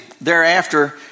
thereafter